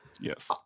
Yes